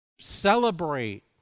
celebrate